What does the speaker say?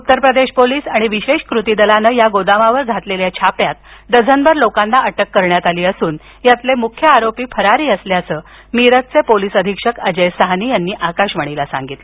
उत्तर प्रदर्श पोलीस आणि विशेष कृती दलान या गोदामावर घातलेल्या छाप्यात डझनभर लोकांना अटक करण्यात आली असून यातील मुख्य आरोपी फरारी असल्याचं मिराताचे पोलीस अधीक्षक अजय साहनी यांनी आकाशवाणीला सांगितलं